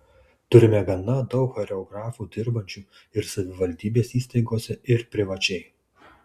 turime gana daug choreografų dirbančių ir savivaldybės įstaigose ir privačiai